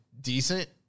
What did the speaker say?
decent